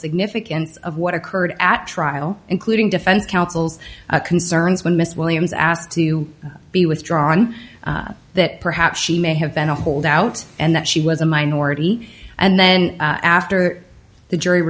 significance of what occurred at trial including defense counsel's concerns when mrs williams asked to be withdrawn that perhaps she may have been a holdout and that she was a minority and then after the jury